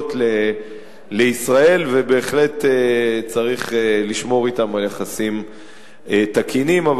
לישראל ובהחלט צריך לשמור על יחסים תקינים אתן.